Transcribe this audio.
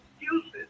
excuses